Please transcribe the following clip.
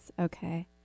Okay